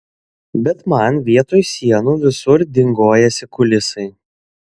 bet man vietoj sienų visur dingojasi kulisai